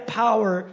power